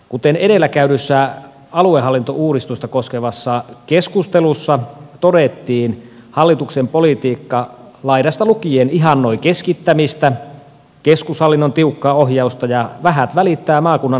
kuten edellä käydyssä aluehallintouudistusta koskevassa keskustelussa todettiin hallituksen politiikka laidasta lukien ihannoi keskittämistä keskushallinnon tiukkaa ohjausta ja vähät välittää maakunnan näkemyksestä